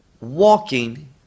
walking